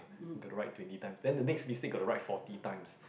gonna write twenty times then the next mistake gonna write forty times